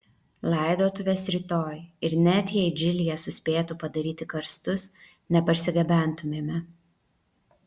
laidotuvės rytoj ir net jei džilyje suspėtų padaryti karstus neparsigabentumėme